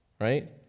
right